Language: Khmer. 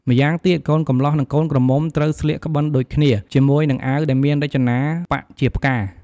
ម្យ៉ាងទៀត កូនកំលោះនិងកូនក្រមុំត្រូវស្លៀកក្បិនដូចគ្នា ជាមួយនឹងអាវដែលមានរចនាប៉ាក់ជាផ្កា។